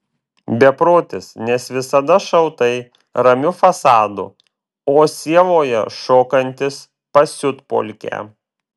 beprotis nes visada šaltai ramiu fasadu o sieloje šokantis pasiutpolkę